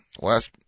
last